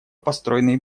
построенные